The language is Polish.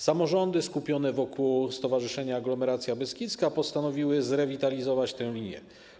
Samorządy skupione wokół Stowarzyszenia Aglomeracja Beskidzka postanowiły zrewitalizować tę linię.